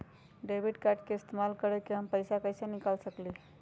Debit card के इस्तेमाल करके हम पैईसा कईसे निकाल सकलि ह?